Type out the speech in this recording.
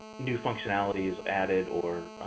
new functionalities added or